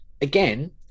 Again